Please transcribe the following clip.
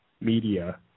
media